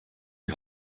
die